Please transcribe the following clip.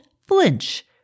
flinch